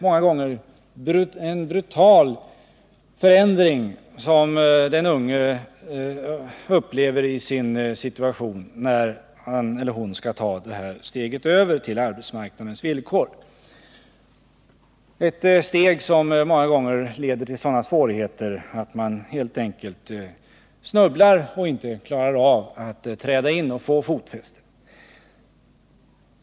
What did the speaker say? Många gånger upplever de en brutal försämring av sin situation när de skall ta steget över till arbetsmarknadens villkor, ett steg som inte sällan leder till sådana svårigheter att de helt enkelt snubblar och inte klarar av att träda in och få fotfäste.